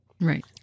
Right